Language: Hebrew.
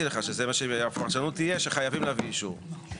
לך שהפרשנות תהיה שחייבים להביא אישור.